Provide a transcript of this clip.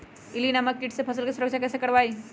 इल्ली नामक किट से फसल के सुरक्षा कैसे करवाईं?